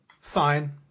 fine